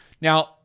Now